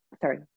sorry